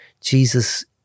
Jesus